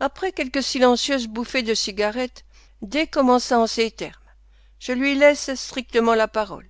après quelques silencieuses bouffées de cigarette d commença en ces termes je lui laisse strictement la parole